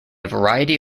variety